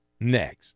next